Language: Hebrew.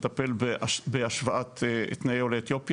לטפל בהשוואת תנאי עולי אתיופיה.